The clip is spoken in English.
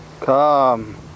Come